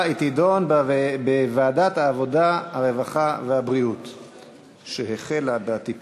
לוועדת העבודה, הרווחה והבריאות נתקבלה.